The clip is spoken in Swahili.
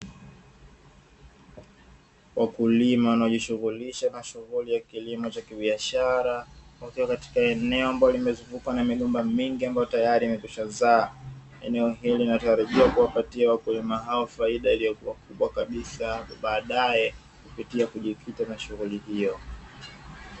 Wakulima wanaojishughulisha na shughuli ya kilimo cha kibiashara, wakiwa katika eneo ambalo limezungukwa na migomba mingi ambayo tayari imekwishazaa. Eneo hili linatarajiwa kuwapatia wakulima hao faida iliyopo kubwa kabisa hapo baadaye kupitia kujikita na shughuli hiyo.